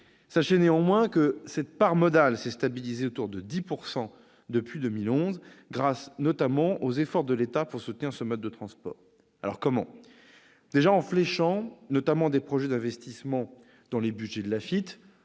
les sénateurs, que cette part modale s'est stabilisée autour de 10 % depuis 2011, grâce notamment aux efforts de l'État pour soutenir ce mode de transport. Comment a-t-on procédé ? En fléchant notamment des projets d'investissement dans les budgets de l'AFITF,